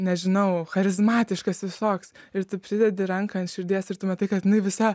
nežinau charizmatiškas visoks ir tu pridedi ranką ant širdies ir tu matai kad jinai visa